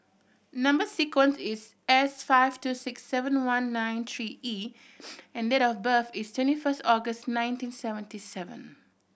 number sequence is S five two six seven one nine three E and date of birth is twenty first August nineteen seventy seven